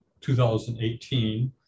2018